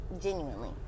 Genuinely